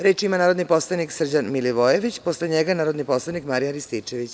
Reč ima narodni poslanik Srđan Milivojević, posle njega narodni poslanik Marijan Rističević.